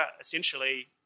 essentially